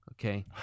Okay